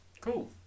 Cool